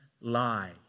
lie